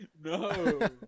No